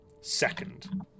second